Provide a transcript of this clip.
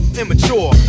immature